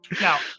Now